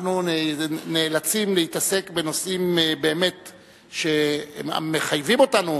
אנחנו נאלצים להתעסק בנושאים שמחייבים אותנו,